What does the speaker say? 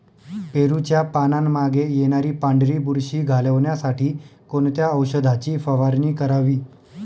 पेरूच्या पानांमागे येणारी पांढरी बुरशी घालवण्यासाठी कोणत्या औषधाची फवारणी करावी?